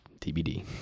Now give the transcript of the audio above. tbd